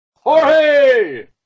Jorge